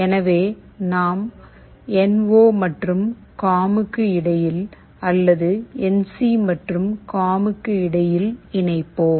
எனவே நாம் N O மற்றும் காம் க்கு இடையில் அல்லது என் சி மற்றும் காம் க்கு இடையில் இணைப்போம்